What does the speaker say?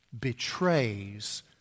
betrays